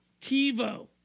TiVo